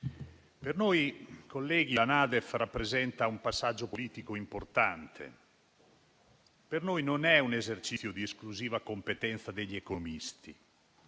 per noi la NADEF rappresenta un passaggio politico importante; per noi non è un esercizio di esclusiva competenza degli economisti.